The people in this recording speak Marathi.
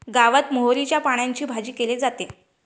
गावात मोहरीच्या पानांची भाजी केली जाते